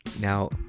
now